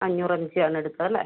അഞ്ഞൂറ് M G ആണ് എടുത്തതല്ലേ